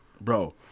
bro